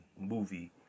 movie